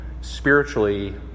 spiritually